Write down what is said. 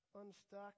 unstuck